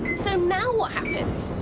so now what happens?